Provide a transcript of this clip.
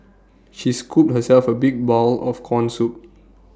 she scooped herself A big bowl of Corn Soup